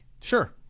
Sure